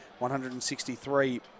163